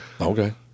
Okay